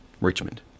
Richmond